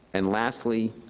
and lastly,